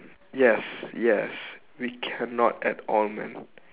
yes yes we cannot at all man